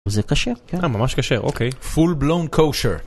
זה קשה? כן, ממש קשה, אוקיי. Full blown kosher!